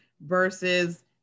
versus